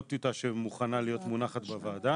לא טיוטה שמוכנה להיות מונחת בוועדה.